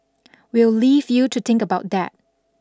we'll leave you to think about that